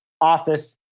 office